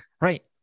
Right